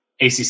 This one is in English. ACC